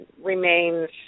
remains